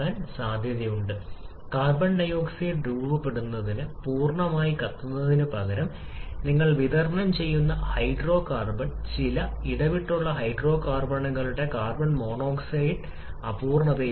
നിർദ്ദിഷ്ടമായി യോജിക്കുന്നു തന്മാത്രകളുടെ ഊർജ്ജം എന്നാൽ അകത്തെ തന്മാത്രകൾക്ക് ഒന്നിലധികം ആറ്റോമുകളുടെ കാര്യത്തിൽ ആറ്റങ്ങളുണ്ടാകും തന്മാത്രകളും ഊർജ്ജത്തിന്റെ ഒരു ഭാഗവും ആറ്റങ്ങളിലേക്ക് പോകുന്നു